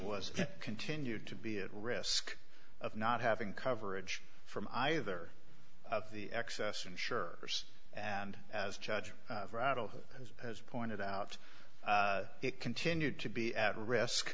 was continued to be at risk of not having coverage from either of the excess ensures and as judge rattle has pointed out it continued to be at risk